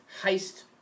heist